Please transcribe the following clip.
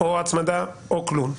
או הצמדה או כלום,